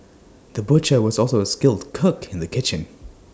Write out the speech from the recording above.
the butcher was also A skilled cook in the kitchen